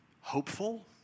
hopeful